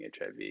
HIV